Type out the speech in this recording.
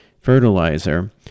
fertilizer